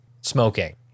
smoking